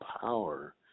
power